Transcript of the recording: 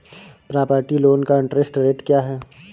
Property loan का interest rate क्या है?